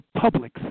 public